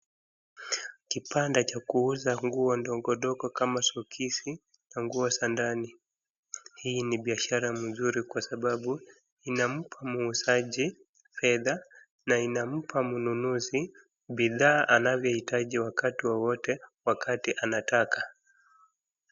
Kibanda cha kuuza nguo ndogondogo kama soksi na nguo za ndani, hii ni biashara mzuri kwa sababu inampa muuzaji fedha na inampa mnunuzi bidhaa anazohitaji wakati wowote wakati anataka.